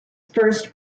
first